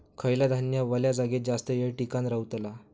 खयला धान्य वल्या जागेत जास्त येळ टिकान रवतला?